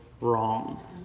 wrong